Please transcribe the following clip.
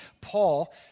Paul